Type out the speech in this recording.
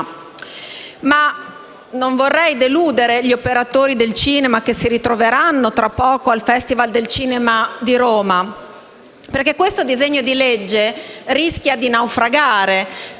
Non vorrei deludere gli operatori del settore che si ritroveranno tra poco al Festival del cinema di Roma, perché questo disegno di legge rischia di naufragare